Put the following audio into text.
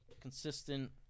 consistent